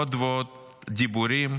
עוד ועוד דיבורים,